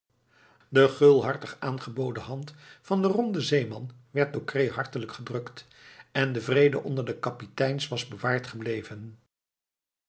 de gulhartig aangeboden hand van den ronden zeeman werd door cret hartelijk gedrukt en de vrede onder de kapiteins was bewaard gebleven